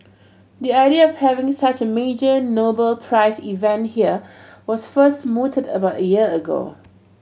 the idea of having such a major Nobel Prize event here was first mooted about a year ago